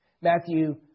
Matthew